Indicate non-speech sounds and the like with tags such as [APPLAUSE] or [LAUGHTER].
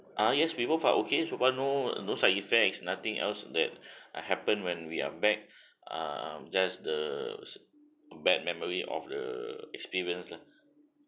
ah yes we both are okay so far no no side effects nothing else that [BREATH] ah happen when we are back [BREATH] um just the bad memory of the experience lah